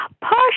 partially